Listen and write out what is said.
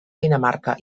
dinamarca